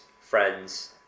friends